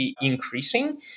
increasing